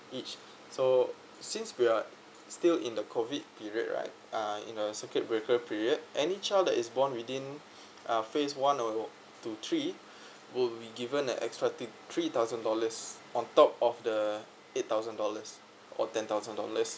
each so since we are still in the COVID period right uh in a circuit breaker period any child that is born within uh phase one or to three will be given an extra t~ three thousand dollars on top of the eight thousand dollars or ten thousand dollars